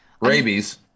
Rabies